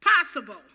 possible